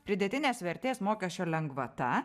pridėtinės vertės mokesčio lengvata